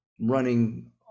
running